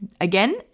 Again